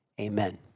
Amen